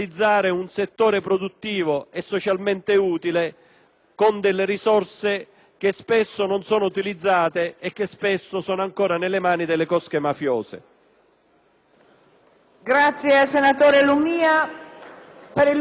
con delle risorse che spesso non sono utilizzate e che spesso sono ancora nelle mani delle cosche mafiose.